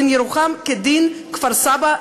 דין ירוחם כדין כפר-סבא,